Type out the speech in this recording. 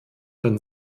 dann